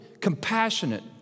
compassionate